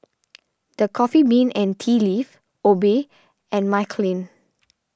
the Coffee Bean and Tea Leaf Obey and Michelin